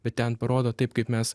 bet ten parodo taip kaip mes